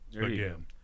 again